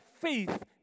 faith